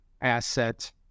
asset